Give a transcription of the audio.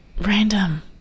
Random